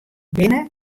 binne